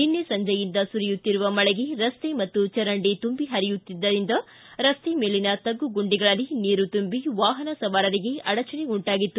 ನಿನ್ನೆ ಸಂಜೆಯಿಂದ ಸುರಿಯುತ್ತಿರುವ ಮಳೆಗೆ ರಸ್ತೆ ಮತ್ತು ಚರಂಡಿ ತುಂಬಿ ಹರಿಯುತ್ತಿದ್ದರಿಂದ ರಸ್ತೆ ಮೇಲಿನ ತಗ್ಗು ಗುಂಡಿಗಳಲ್ಲಿ ನೀರು ತುಂಬಿ ವಾಹನ ಸವಾರರಿಗೆ ಅಡಚಣೆ ಉಂಟಾಗಿತ್ತು